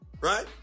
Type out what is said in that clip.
right